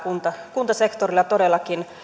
kuntasektorilla todellakin